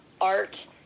art